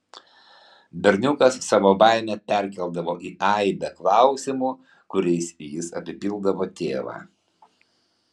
berniukas savo baimę perkeldavo į aibę klausimų kuriais jis apipildavo tėvą